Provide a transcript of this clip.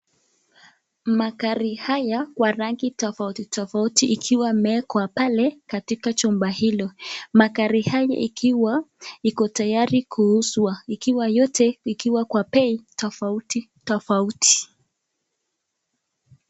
Magari haya kwa rangi tofauti tofauti ikiwa imeekwa pale katika chumba hilo. Magari haya ikiwa iko tayari kuuzwa ikiwa yote ikiwa kwa bei tofauti tofauti.